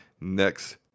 next